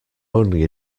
only